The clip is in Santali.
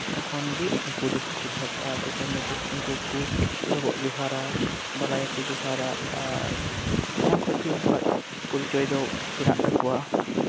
ᱛᱚᱠᱷᱚᱱ ᱜᱮ ᱩᱱᱠᱩᱫᱚᱠᱚ ᱪᱤᱱᱦᱟᱹᱯᱚᱜᱼᱟ ᱟᱨ ᱛᱚᱠᱷᱚᱱ ᱫᱚ ᱟᱫᱚᱠᱚ ᱩᱱᱠᱩᱠᱚ ᱰᱚᱵᱚᱜ ᱡᱚᱦᱟᱨᱟ ᱵᱟᱞᱟᱭᱟᱠᱚ ᱡᱚᱦᱟᱨᱟ ᱟᱨ ᱛᱚᱠᱷᱚᱱ ᱠᱷᱚᱱ ᱜᱮ ᱩᱱᱠᱩᱣᱟᱜ ᱯᱚᱨᱤᱪᱚᱭ ᱫᱚ ᱵᱮᱱᱟᱜ ᱛᱟᱠᱚᱣᱟ